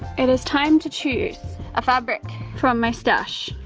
it is time to choose a fabric from my stash.